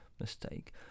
mistake